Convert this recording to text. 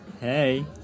Hey